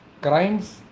crimes